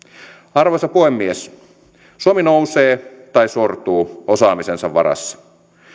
arvoisa puhemies suomi nousee tai sortuu osaamisensa varassa